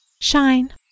shine